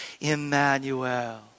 Emmanuel